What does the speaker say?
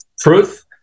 Truth